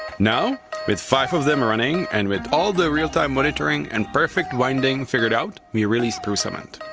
now with five of them running and with all the real-time monitoring and perfect winding figured out, we released prusament.